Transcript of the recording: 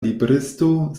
libristo